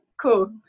cool